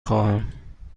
خواهم